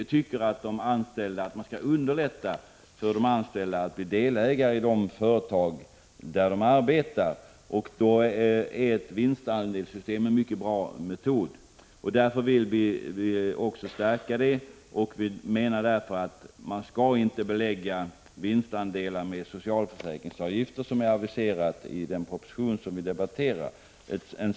Vi tycker att man skall underlätta för de anställda att bli delägare i det företag där de arbetar. Då är ett vinstandelssystem en mycket bra metod. Därför vill vi också stärka den. Vi menar därför att vinstandelar inte skall beläggas med socialförsäkringsavgifter, vilket aviserats i den proposition vi nu debatterar.